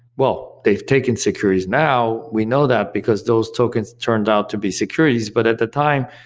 well, they've taken securities now, we know that because those tokens turned out to be securities, but at the time,